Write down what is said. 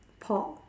pork